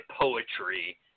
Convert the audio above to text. poetry